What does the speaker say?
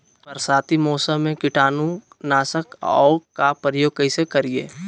बरसाती मौसम में कीटाणु नाशक ओं का प्रयोग कैसे करिये?